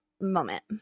moment